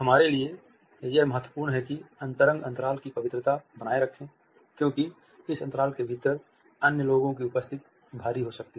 हमारे लिए यह महत्वपूर्ण है कि अंतरंग अंतराल की पवित्रता बनाए रखें क्योंकि इस अंतराल के भीतर अन्य लोगों की उपस्थिति भारी हो सकती है